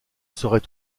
serait